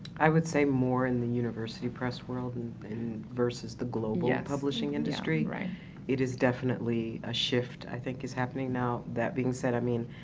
i would say more in the university press world and in-versus the global yeah publishing industry, it is definitely a shift i think is happening now. that being said, i mean,